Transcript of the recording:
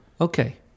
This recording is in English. Okay